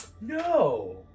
No